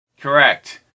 Correct